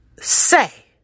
say